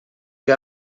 que